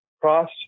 cross